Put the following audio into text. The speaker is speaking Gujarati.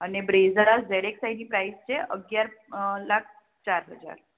અને બ્રેઝા ઝેડ એક્સ આઈની પ્રાઇઝ છે અગિયાર ચાર હજાર